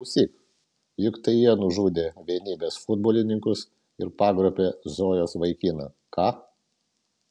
klausyk juk tai jie nužudė vienybės futbolininkus ir pagrobė zojos vaikiną ką